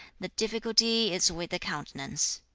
the difficulty is with the countenance.